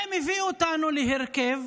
זה מביא אותנו להרכב